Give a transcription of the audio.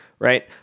right